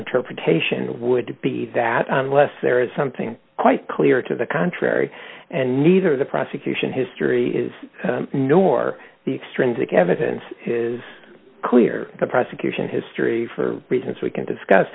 interpretation would be that unless there is something quite clear to the contrary and neither the prosecution history is nor the extrinsic evidence is clear the prosecution history for reasons we can discuss